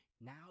now